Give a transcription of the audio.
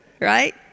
right